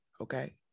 Okay